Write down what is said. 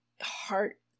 heart